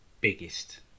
biggest